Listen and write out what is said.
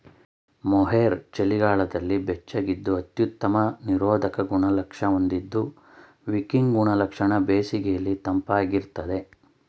mohair ಚಳಿಗಾಲದಲ್ಲಿ ಬೆಚ್ಚಗಿದ್ದು ಅತ್ಯುತ್ತಮ ನಿರೋಧಕ ಗುಣಲಕ್ಷಣ ಹೊಂದಿದ್ದು ವಿಕಿಂಗ್ ಗುಣಲಕ್ಷಣ ಬೇಸಿಗೆಲಿ ತಂಪಾಗಿರ್ತದೆ